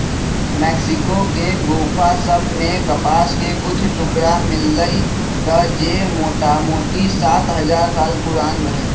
Mexico के गोफा सभ में कपास के कुछ टुकरा मिललइ र जे मोटामोटी सात हजार साल पुरान रहै